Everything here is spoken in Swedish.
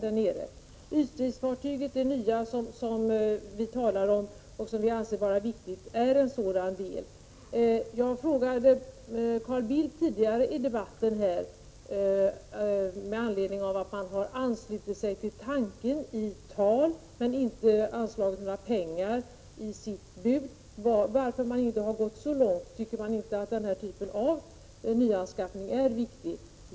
Det nya ytstridsfartyget är viktigt och är en sådan förstärkning. Jag frågade tidigare i debatten Carl Bildt, med anledning av att moderaterna har anslutit sig till tanken i tal men inte anslagit några pengar i sitt bud, varför man inte har gått så långt. Tycker man inte att denna typ av nyanskaffning är viktig?